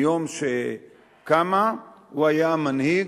מיום שקמה, הוא היה המנהיג